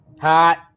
Hot